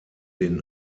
den